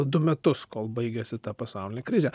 du metus kol baigėsi ta pasaulinė krizė